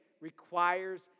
requires